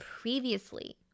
previously